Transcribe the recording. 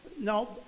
No